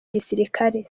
gisirikare